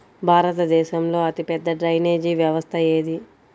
భారతదేశంలో అతిపెద్ద డ్రైనేజీ వ్యవస్థ ఏది?